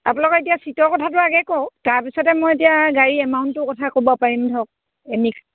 আপোনালোকৰ এতিয়া চিটৰ কথাটো আগেয়ে কওক তাৰপিছতে মই এতিয়া গাড়ী এমাউণ্টটো কথা ক'ব পাৰিম ধৰক